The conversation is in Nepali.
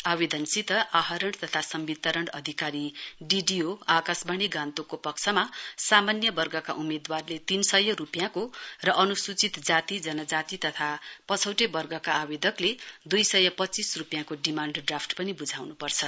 आवेदनसित आहरण तथा संवितरण अधिकारी डीडीओ आकाशवाणी गान्तोकको पक्षमा सामान्य वर्गका उम्मेदवारले तीन सय रुपियाँको र अनुसूचित जाति जनजाति तथा पछौटे वर्गका आवेदकले दुईसय पञ्चीस रुपियाँको डिमाण्ड ड्राफ्ट पनि वुझाउनुपर्छ